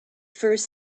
first